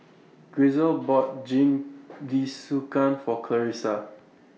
Grisel bought Jingisukan For Clarisa